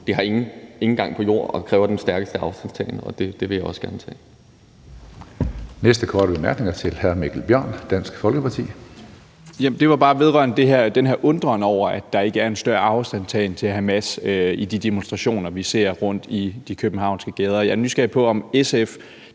Det har ingen gang på jord og kræver den stærkeste afstandtagen, og det vil jeg også gerne tage. Kl. 10:01 Tredje næstformand (Karsten Hønge): Næste korte bemærkning er til hr. Mikkel Bjørn, Dansk Folkeparti. Kl. 10:01 Mikkel Bjørn (DF): Det var bare vedrørende den her undren over, at der ikke er en større afstandtagen fra Hamas i de demonstrationer, vi ser rundtom i de københavnske gader. Jeg er nysgerrig på, om SF